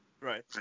Right